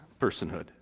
personhood